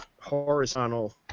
horizontal